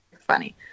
funny